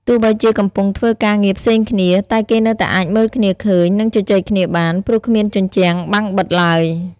ទោះបីជាកំពុងធ្វើការងារផ្សេងគ្នា តែគេនៅតែអាចមើលគ្នាឃើញ និងជជែកគ្នាបាន ព្រោះគ្មានជញ្ជាំងបាំងបិទឡើយ។